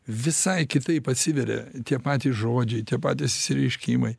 visai kitaip atsiveria tie patys žodžiai tie patys išsireiškimai